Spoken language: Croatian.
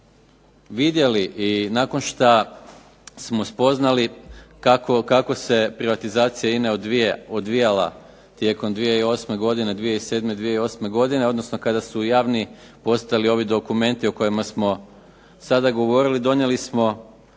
vidjeli i nakon šta smo spoznali kako se privatizacija INA-e odvijala tijekom 2008. godine, 2007., 2008. godine, odnosno kada su javni postali ovi dokumenti o kojima smo sada govorili donijeli smo